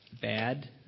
bad